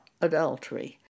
adultery